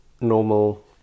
normal